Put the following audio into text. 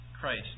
Christ